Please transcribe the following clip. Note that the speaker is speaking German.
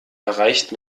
erreicht